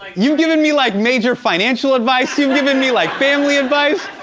you've given me, like, major financial advice. you've given me, like, family advice.